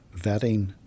vetting